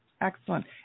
excellent